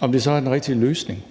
om det så er den rigtige løsning,